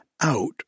out